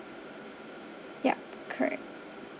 yup correct